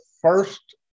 first